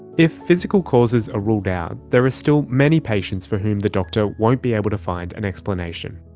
if physical causes are ruled out, there are still many patients for whom the doctor won't be able to find an explanation.